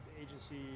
agency